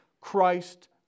Christ